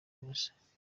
ubusa